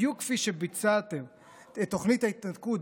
בדיוק כפי שביצעתם את תוכנית ההתנתקות,